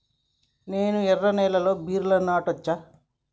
నేను ఎర్ర నేలలో బీరలు నాటచ్చా?